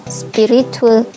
spiritual